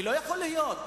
ולא יכול להיות,